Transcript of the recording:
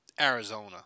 Arizona